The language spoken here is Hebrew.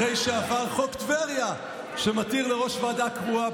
אחרי שעבר חוק טבריה שמתיר לראש ועדה קרואה,